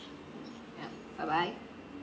yup bye bye